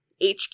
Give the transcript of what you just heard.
HQ